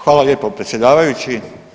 Hvala lijepo predsjedavajući.